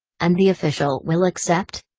and the official will accept?